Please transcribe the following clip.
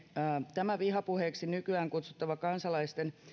tämä vihapuheeksi nykyään kutsuttava kansalaisten